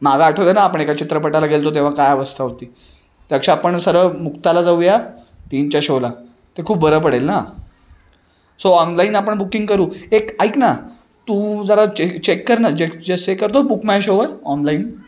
मागं आठवतं आहे ना आपण एका चित्रपटाला गेलो होतो तेव्हा काय अवस्था होती त्यापेक्षा आपण सरळ मुक्ताला जाऊया तीनच्या शोला ते खूप बरं पडेल ना सो ऑनलाईन आपण बुकिंग करू एक ऐक ना तू जरा चेक चेक करनं जे जसं चेक करतो बुक माय शोवर ऑनलाईन